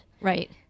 Right